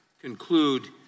conclude